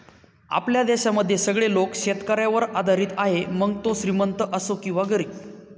आपल्या देशामध्ये सगळे लोक शेतकऱ्यावर आधारित आहे, मग तो श्रीमंत असो किंवा गरीब